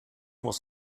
muss